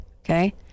okay